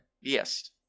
yes